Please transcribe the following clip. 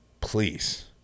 please